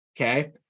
okay